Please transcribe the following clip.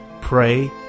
pray